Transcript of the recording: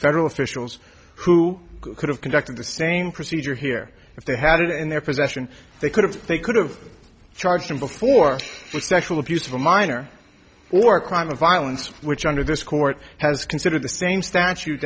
federal officials who could have conducted the same procedure here if they had it in their possession they could have they could have charged him before sexual abuse of a minor or crime of violence which under this court has considered the same statute